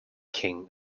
king